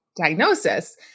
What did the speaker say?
diagnosis